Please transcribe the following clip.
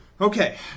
Okay